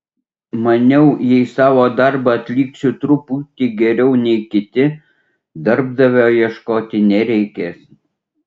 maniau jei savo darbą atliksiu truputį geriau nei kiti darbdavio ieškoti nereikės